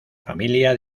familia